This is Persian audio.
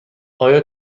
آیا